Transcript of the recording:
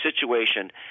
situation